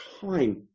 time